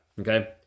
okay